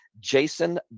Jason